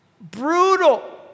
brutal